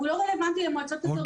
הוא לא רלוונטי למועצות אזוריות.